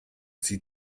sie